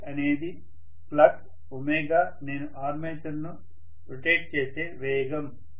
ϕ అనేది ఫ్లక్స్ ω నేను ఆర్మేచర్ను రొటేట్ చేసే వేగం